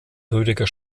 rüdiger